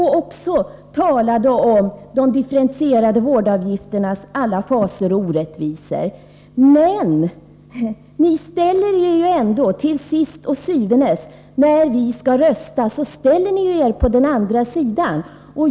Hon talade också om de differentierade vårdavgifternas alla fasor och orättvisor. Men ni ställer er ju ändå til syvende og sidst när vi skall rösta på den andra sidan.